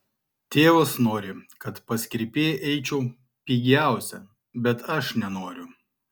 tėvas nori kad pas kirpėją eičiau pigiausia bet aš nenoriu